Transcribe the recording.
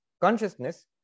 consciousness